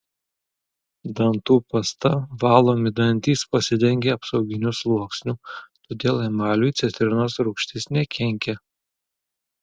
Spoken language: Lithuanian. dantų pasta valomi dantys pasidengia apsauginiu sluoksniu todėl emaliui citrinos rūgštis nekenkia